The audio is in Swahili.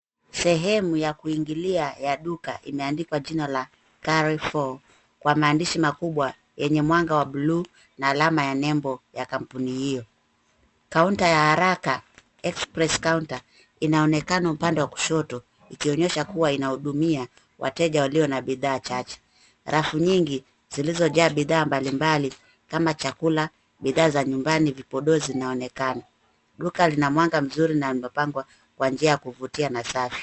Sehemu ya kuingilia ya duka imeandikwa jina la cs[Carrefour]cs, kwa maandishi makubwa yenye mwanga wa buluu na ya alama ya nembo ya kampuni hiyo. cs[Counter]cs ya haraka, cs[Express Counter]cs, inaonekana upande wa kushoto, ikionyesha kuwa inahudumia wateja waliyo na bidhaa chache. Rafu nyingi zilizojaa bidhaa mbalimbali kama chakula, bidhaa za nyumbani, vipodozi zinaonekana. Duka lina mwanga mzuri na limepangwa kwa njia ya kuvutia na safi.